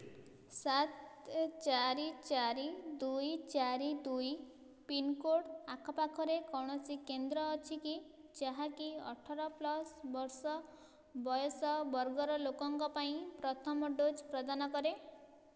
ସାତ ଚାରି ଚାରି ଦୁଇ ଚାରି ଦୁଇ ପିନ୍କୋଡ଼୍ ଆଖପାଖରେ କୌଣସି କେନ୍ଦ୍ର ଅଛି କି ଯାହାକି ଅଠର ଯୁକ୍ତ ବର୍ଷ ବୟସ ବର୍ଗର ଲୋକଙ୍କ ପାଇଁ ପ୍ରଥମ ଡୋଜ୍ ପ୍ରଦାନ କରେ